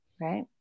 right